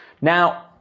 Now